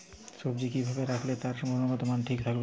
সবজি কি ভাবে রাখলে তার গুনগতমান ঠিক থাকবে?